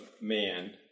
man